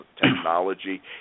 technology